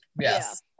yes